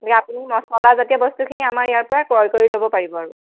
গতিকে আপুনি মছলা জাতীয় বস্তুখিনি আমাৰ ইয়াৰপৰাই ক্ৰয় কৰি ল'ব পাৰিব আৰু